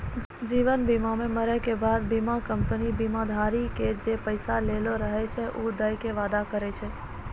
जीवन बीमा मे मरै के बाद बीमा कंपनी बीमाधारी से जे पैसा लेलो रहै छै उ दै के वादा करै छै